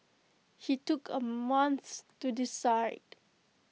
he took A month to decide